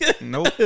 Nope